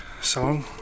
song